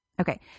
Okay